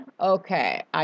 Okay